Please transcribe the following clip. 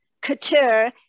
couture